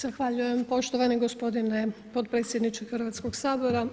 Zahvaljujem poštovani gospodine potpredsjedniče Hrvatskog sabora.